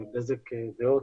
בזק והוט,